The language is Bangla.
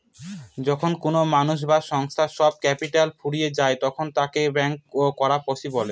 যখন কোনো মানুষ বা সংস্থার সব ক্যাপিটাল ফুরিয়ে যায় তখন তাকে ব্যাংকরাপসি বলে